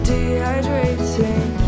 Dehydrating